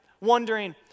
Wondering